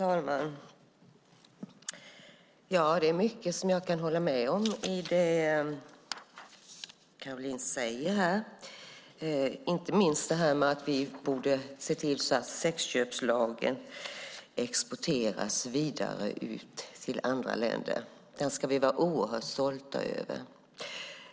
Herr talman! Det är mycket av det som Caroline säger som jag kan hålla med om, inte minst att vi borde se till att sexköpslagen exporteras vidare till andra länder. Den ska vi vara oerhört stolta över.